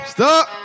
Stop